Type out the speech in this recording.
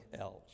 else